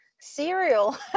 cereal